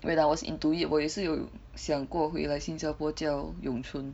when I was into it 我也是有想过回来新加坡教咏春